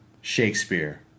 Shakespeare